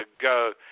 go